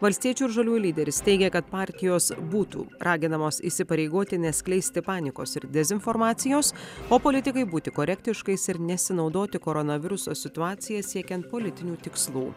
valstiečių ir žaliųjų lyderis teigia kad partijos būtų raginamos įsipareigoti neskleisti panikos ir dezinformacijos o politikai būti korektiškais ir nesinaudoti koronaviruso situacija siekiant politinių tikslų